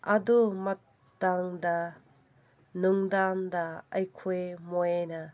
ꯑꯗꯨ ꯃꯇꯥꯡꯗ ꯅꯨꯡꯗꯥꯡꯗ ꯑꯩꯈꯣꯏ ꯃꯣꯏꯅ